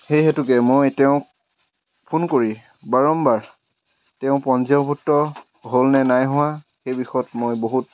সেই হেতুকে মই তেওঁক ফোন কৰি বাৰম্বাৰ তেওঁ পঞ্জীয়নভূক্ত হ'লনে নাই হোৱা সেই বিষয়ত মই বহুত